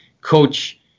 coach